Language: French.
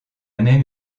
même